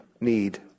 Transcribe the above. need